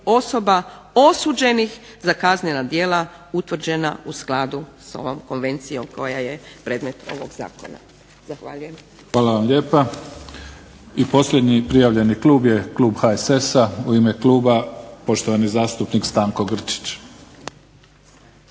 osoba osuđenih za kaznena djela utvrđena u skladu sa ovom Konvencijom koja je predmet ovog Zakona. Zahvaljujem. **Mimica, Neven (SDP)** Hvala vam lijepa. I posljednji prijavljeni Klub je Klub HSS-a u ime Kluba poštovani zastupnik Stanko Grčić.